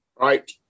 Right